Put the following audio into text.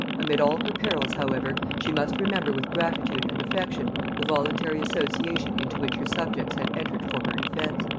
amid all her perils, however, she must remember with gratitude and affection the voluntary association into which her subjects had entered for her defence.